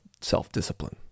self-discipline